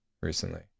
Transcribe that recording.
recently